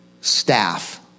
staff